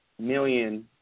million